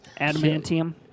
adamantium